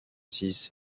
six